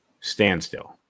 standstill